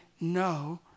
no